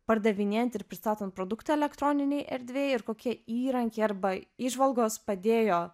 pardavinėjant ir pristatant produktą elektroninėj erdvėj ir kokie įrankiai arba įžvalgos padėjo